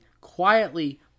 quietly